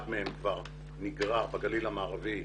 אחד מהם בגליל המערבי,